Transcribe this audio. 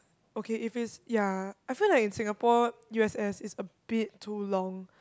okay if it's ya I feel like in Singapore u_s_s is a bit too long